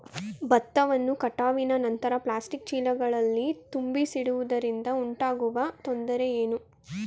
ಭತ್ತವನ್ನು ಕಟಾವಿನ ನಂತರ ಪ್ಲಾಸ್ಟಿಕ್ ಚೀಲಗಳಲ್ಲಿ ತುಂಬಿಸಿಡುವುದರಿಂದ ಉಂಟಾಗುವ ತೊಂದರೆ ಏನು?